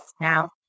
now